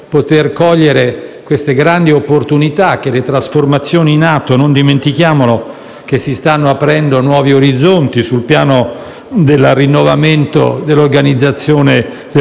Paese cogliere le grandi opportunità date dalle trasformazioni in atto. Non dimentichiamo che si stanno aprendo nuovi orizzonti sul piano del rinnovamento dell'organizzazione della